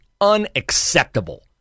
unacceptable